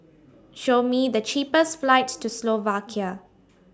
Show Me The cheapest flights to Slovakia